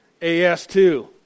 AS2